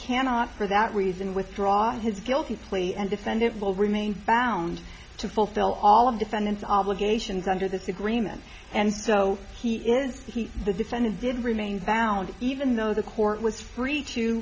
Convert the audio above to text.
cannot for that reason withdraw his guilty plea and defendant will remain bound to fulfill all of defendant's obligations under this agreement and so he is he the defendant did remain valid even though the court was free to